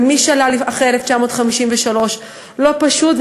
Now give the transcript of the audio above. במי שעלה אחרי 1953. לא פשוט,